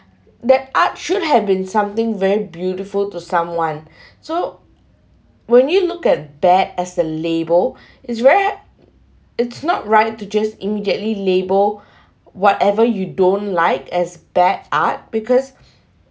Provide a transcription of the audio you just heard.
that art should have been something very beautiful to someone so when you look at bad as the label is ver~ it's not right to just immediately label whatever you don't like as bad art because